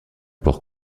port